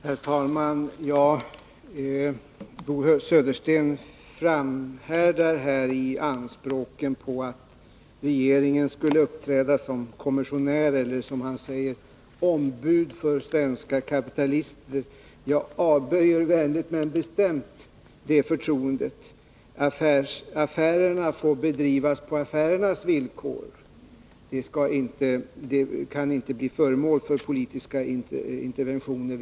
Herr talman! Bo Södersten framhärdar i anspråken på att regeringen skulle uppträda som kommissionär eller, som han säger, som ombud för svenska kapitalister. Jag avböjer vänligt men bestämt det förtroendet. Affärerna får bedrivas på affärernas villkor. De kan inte bli föremål för politiska interventioner.